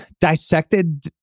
dissected